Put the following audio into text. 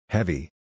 Heavy